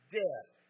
death